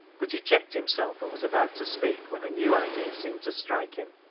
but he checked himself, and was about to speak, when a new idea seemed to strike him,